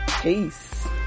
Peace